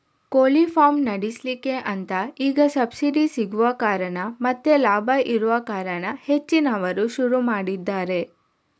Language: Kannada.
ಕೋಳಿ ಫಾರ್ಮ್ ನಡೆಸ್ಲಿಕ್ಕೆ ಅಂತ ಈಗ ಸಬ್ಸಿಡಿ ಸಿಗುವ ಕಾರಣ ಮತ್ತೆ ಲಾಭ ಇರುವ ಕಾರಣ ಹೆಚ್ಚಿನವರು ಶುರು ಮಾಡಿದ್ದಾರೆ